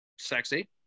sexy